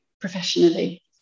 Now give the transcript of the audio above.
professionally